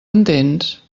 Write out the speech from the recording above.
entens